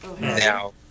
now